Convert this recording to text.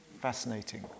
fascinating